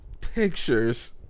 pictures